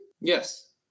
Yes